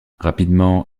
rapidement